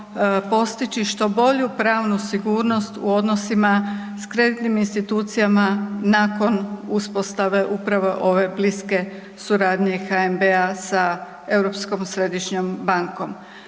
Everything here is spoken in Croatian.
postići što bolju pravnu sigurnost u odnosima s kreditnim institucijama nakon uspostave upravo ove bliske suradnje HNB-a sa Europskom središnjom bankom.